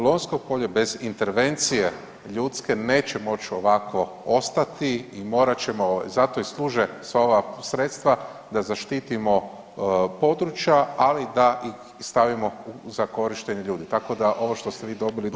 Lonjsko polje bez intervencije ljudske, neće moć ovako ostati i morat ćemo, zato i služe sva ova sredstva da zaštitimo područja ali da ih da ih stavimo za korištenje, tako da ovo što ste vi dobili dojam